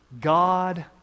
God